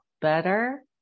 better